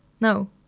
No